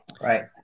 Right